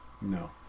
No